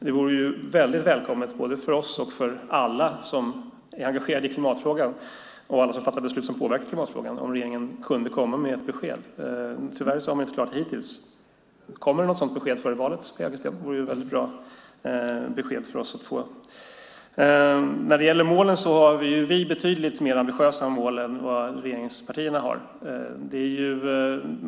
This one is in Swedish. Det vore väldigt välkommet både för oss och för alla andra som är engagerade i klimatfrågan, och alla som fattar beslut som påverkar klimatfrågan, om regeringen kunde komma med ett besked. Tyvärr har man inte klarat det hittills. Kommer det något sådant besked före valet, Sofia Arkelsten? Det vore ett väldigt bra besked för oss att få. När det gäller målen har vi betydligt mer ambitiösa mål än vad regeringspartierna har.